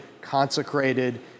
consecrated